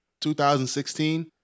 2016